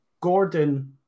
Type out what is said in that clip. Gordon